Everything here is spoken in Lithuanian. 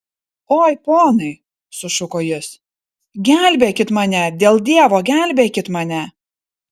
oi ponai sušuko jis gelbėkit mane dėl dievo gelbėkit mane